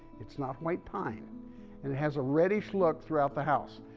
it's not white pine. and it has a reddish look throughout the house.